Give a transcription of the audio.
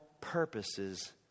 purposes